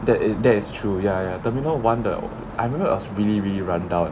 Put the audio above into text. that is that is true ya ya terminal one 的 I remember it was really really run-down eh